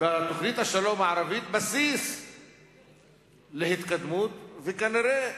בתוכנית השלום הערבית בסיס להתקדמות, וכנראה